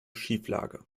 schieflage